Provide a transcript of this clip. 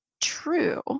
true